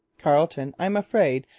carleton, i'm afraid,